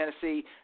Tennessee